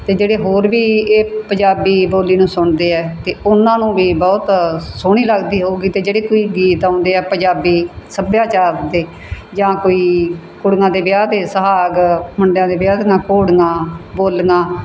ਅਤੇ ਜਿਹੜੇ ਹੋਰ ਵੀ ਇਹ ਪੰਜਾਬੀ ਬੋਲੀ ਨੂੰ ਸੁਣਦੇ ਆ ਤੇ ਉਹਨਾਂ ਨੂੰ ਵੀ ਬਹੁਤ ਸੋਹਣੀ ਲੱਗਦੀ ਹੋਵੇਗੀ ਅਤੇ ਜਿਹੜੇ ਕੋਈ ਗੀਤ ਆਉਂਦੇ ਆ ਪੰਜਾਬੀ ਸੱਭਿਆਚਾਰ ਦੇ ਜਾਂ ਕੋਈ ਕੁੜੀਆਂ ਦੇ ਵਿਆਹ ਦੇ ਸੁਹਾਗ ਮੁੰਡਿਆਂ ਦੇ ਵਿਆਹ ਦੀਆਂ ਘੋੜੀਆਂ ਬੋਲੀਆਂ